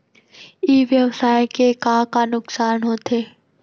ई व्यवसाय के का का नुक़सान होथे?